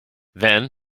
then